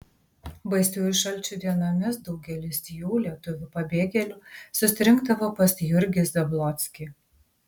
baisiųjų šalčių dienomis daugelis jų lietuvių pabėgėlių susirinkdavo pas jurgį zablockį